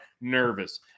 nervous